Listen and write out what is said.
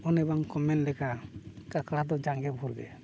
ᱚᱱᱮ ᱵᱟᱝ ᱠᱚ ᱢᱮᱱ ᱞᱮᱠᱟ ᱠᱟᱠᱲᱟ ᱫᱚ ᱡᱟᱸᱜᱮ ᱵᱷᱩᱨᱜᱮ